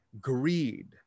greed